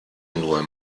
nur